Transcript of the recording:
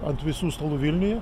ant visų stalų vilniuje